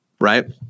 right